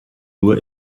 nur